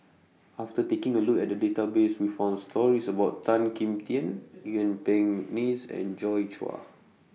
after taking A Look At The Database We found stories about Tan Kim Tian Yuen Peng Mcneice and Joi Chua